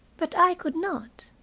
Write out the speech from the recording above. but i could not.